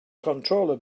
controller